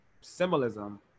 symbolism